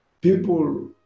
people